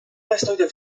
webster